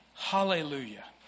Hallelujah